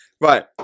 Right